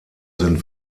sind